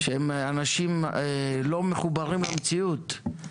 שהם אנשים לא מחוברים למציאות.